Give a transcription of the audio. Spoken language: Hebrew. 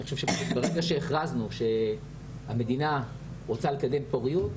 ברגע שהכרזנו שהמדינה רוצה לקדם פוריות,